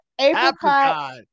apricot